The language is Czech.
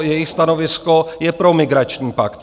Jejich stanovisko je pro migrační pakt.